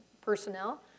personnel